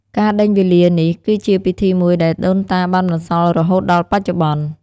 ការដេញវេលានេះគីជាពិធីមួយដែលដូនតាបានបន្សល់រហូតដល់បច្ចុប្បន្ន។